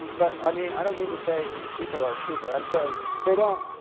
but, i mean, i don't mean to say people are stupid. i'm saying they don't,